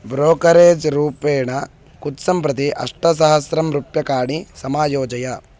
brokerage रूपेण कुत्सं प्रति अष्टसहस्रं रूप्यकाणि समायोजय